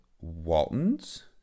Walton's